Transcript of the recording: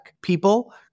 people